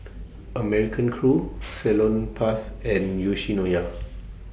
American Crew Salonpas and Yoshinoya